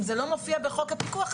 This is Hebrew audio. אם זה לא מופיע בחוק הפיקוח,